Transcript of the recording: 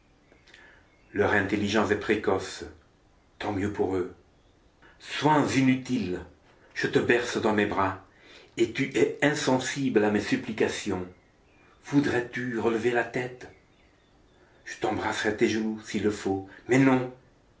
leur intelligence est précoce tant mieux pour eux soins inutiles je te berce dans mes bras et tu es insensible à mes supplications voudrais-tu relever la tête j'embrasserai tes genoux s'il le faut mais non